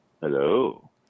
Hello